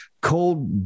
cold